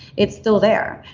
it's still there.